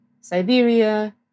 Siberia